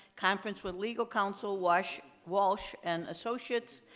conference with legal counsel, walsh walsh and associates,